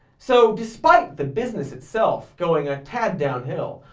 so despite the business itself going a tad downhill,